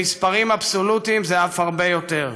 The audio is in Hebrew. במספרים אבסולוטיים זה אף הרבה יותר.